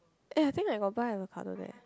eh I think I got buy avacado there